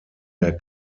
der